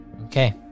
Okay